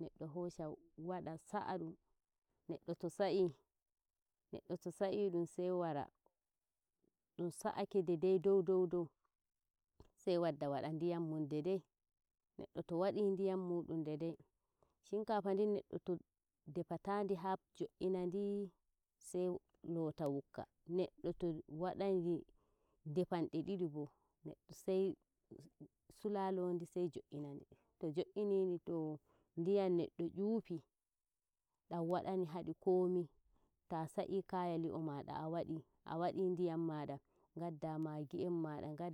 neɗɗo hosha wada sa'ah dum neɗɗo sai sa'ih neɗɗo sai saih daidai dow dow dow sai wadda wada ndiyam muɗum daidai neɗɗo to wadi ndiyam muɗum deidei shinkafa ndin neddo shinkafa ndin neddo to defa tandi haa jo'inadi sai loota wukka, neddo to wadai defande didi bo neɗɗo sai sulalo ndi sai jo'ina ndi, to jo'ina ndi to ndiyam neddo nyufi dan wadani hadi komai ta sai kaya li'oh mada a wadi a ndiyam mada ngadda maggi en mada ngad.